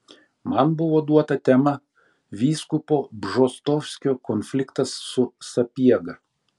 man buvo duota tema vyskupo bžostovskio konfliktas su sapiega